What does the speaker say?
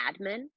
admin